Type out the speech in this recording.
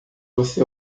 você